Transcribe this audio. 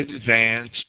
advanced